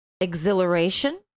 exhilaration